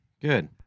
Good